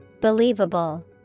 Believable